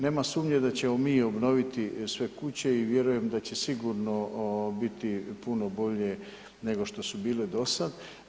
Nema sumnje da ćemo mi obnoviti sve kuće i vjerujem da će sigurno biti puno bolje, nego što su bile do sada.